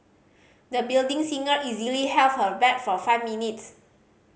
the building singer easily held her for five minutes